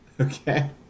Okay